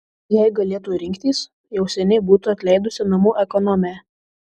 jei galėtų rinktis jau seniai būtų atleidusi namų ekonomę